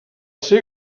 ser